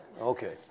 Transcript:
Okay